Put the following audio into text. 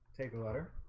take a letter